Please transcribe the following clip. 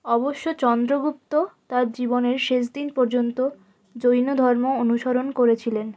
অবশ্য চন্দ্রগুপ্ত তাঁর জীবনের শেষ দিন পর্যন্ত জৈন ধর্ম অনুসরণ করেছিলেন